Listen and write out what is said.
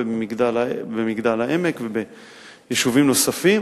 במגדל-העמק וביישובים נוספים.